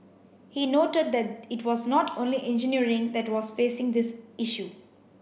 he noted that it was not only engineering that was facing this issue